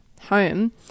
home